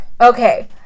okay